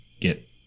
get